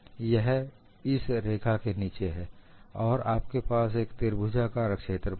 यह इस रेखा के नीचे है और आपके पास यह त्रिभुजाकार क्षेत्रफल है